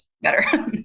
better